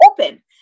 open